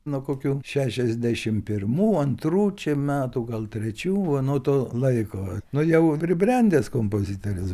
nuo kokių šešiasdešim pirmų antrų čia metų gal trečių va nuo to laiko nu jau pribrendęs kompozitorius